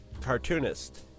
cartoonist